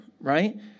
Right